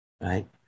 Right